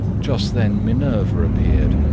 just then minerva appeared,